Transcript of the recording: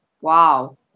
Wow